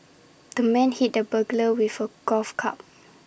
the man hit the burglar with A golf club